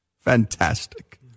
Fantastic